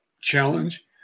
challenge